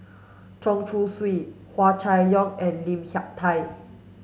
Chen Chong Swee Hua Chai Yong and Lim Hak Tai